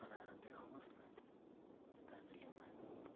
गराएर देखाउनुहोस् न दार्जिलिङमा